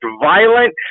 violent